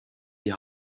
die